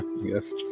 yes